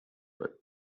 but